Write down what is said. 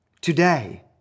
Today